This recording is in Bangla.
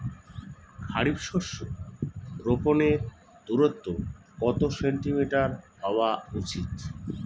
খারিফ শস্য রোপনের দূরত্ব কত সেন্টিমিটার হওয়া উচিৎ?